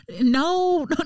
no